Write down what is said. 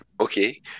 okay